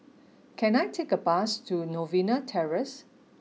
can I take a bus to Novena Terrace